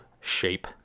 shape